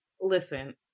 Listen